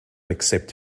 accept